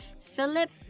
Philip